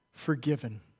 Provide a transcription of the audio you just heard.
forgiven